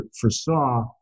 foresaw